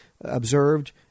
observed